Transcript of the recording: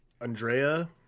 Andrea